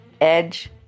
edge